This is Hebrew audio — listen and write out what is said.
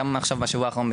גם עכשיו בשבוע האחרון,